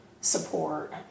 support